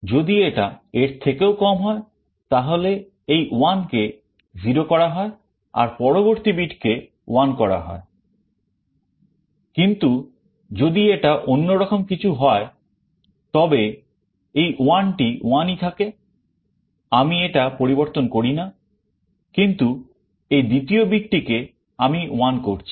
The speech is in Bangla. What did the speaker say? যদি এটা এর থেকেও কম হয় তাহলে এই 1 কে 0 করা হয় আর পরবর্তী বিট কে 1 করা হয় কিন্তু যদি এটা অন্যরকম কিছু হয় তবে এই 1 টি 1ই থাকে আমি এটা পরিবর্তন করি না কিন্তু এই দ্বিতীয় বিটটি কে আমি 1 করছি